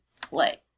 play